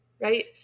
right